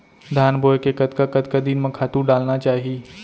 धान बोए के कतका कतका दिन म खातू डालना चाही?